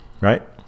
Right